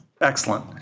Excellent